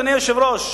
אדוני היושב-ראש,